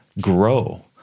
grow